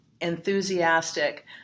enthusiastic